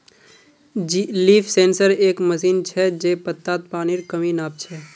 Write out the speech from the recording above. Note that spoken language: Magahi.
लीफ सेंसर एक मशीन छ जे पत्तात पानीर कमी नाप छ